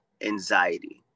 anxiety